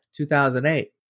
2008